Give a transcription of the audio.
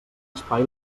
espai